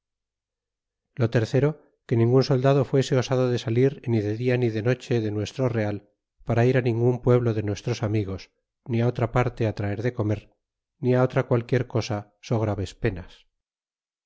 lo tercero que ningun soldado fuese osado de salir ni de dia ni de noche de nuestro real para ir ningun pueblo de nuestros amigos ni á otra parte traer de comer ni otra cualquier cosa so graves penas